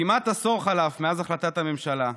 כמעט עשור חלף מאז החלטת הממשלה,